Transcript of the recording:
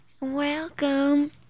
Welcome